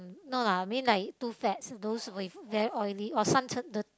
no lah I mean like too fats those with very oily or some churn the